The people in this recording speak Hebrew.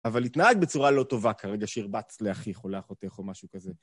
אבל התנהגת בצורה לא טובה ברגע שהרבצת לאחיך או לאחותך או משהו כזה.